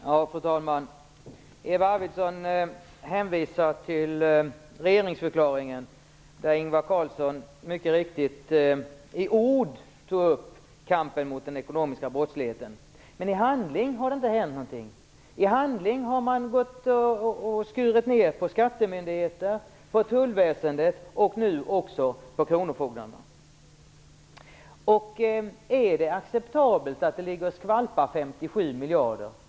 Fru talman! Eva Arvidsson hänvisar till regeringsförklaringen, där Ingvar Carlsson, mycket riktigt, i ord tog upp kampen mot den ekonomiska brottsligheten. Men i handling har det inte hänt någonting. I handling har man skurit ner på skattemyndigheterna, tullväsendet och nu också kronofogdemyndigheterna. Är det acceptabelt att 57 miljarder ligger och skvalpar?